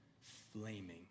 flaming